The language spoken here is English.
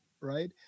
Right